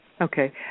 Okay